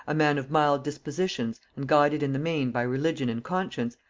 a man of mild dispositions and guided in the main by religion and conscience,